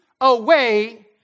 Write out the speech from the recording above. away